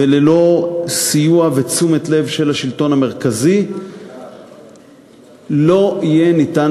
וללא סיוע ותשומת לב של השלטון המרכזי לא יהיה ניתן